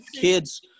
kids